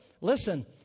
Listen